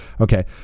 okay